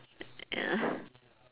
ya